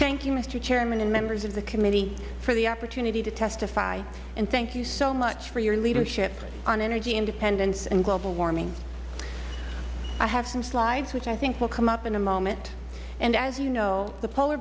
thank you mister chairman and members of the committee for the opportunity to testify and thank you so much for your leadership on energy independence and global warming i have some slides which i think will come up in a moment and as you know the polar